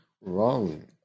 wrong